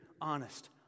honest